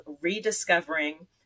rediscovering